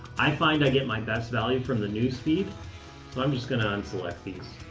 i find i get my best value from the newsfeed, so i'm just going to un-select these